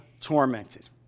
tormented